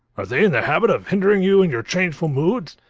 are they in the habit of hindering you in your changeful moods?